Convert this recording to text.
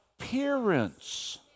appearance